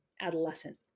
adolescent